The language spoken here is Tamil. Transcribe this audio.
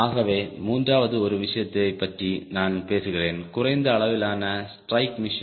ஆகவே மூன்றாவது ஒரு விஷயத்தைப் பற்றி நான் பேசுவேன் குறைந்த அளவிலான ஸ்ட்ரைக் மிஷன்